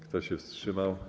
Kto się wstrzymał?